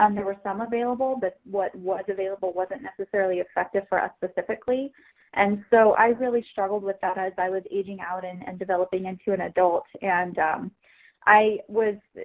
um there were some available, but what was available wasn't necessarily effective for us specifically and so i really struggled with that i was aging out and and developing into an adult and i was,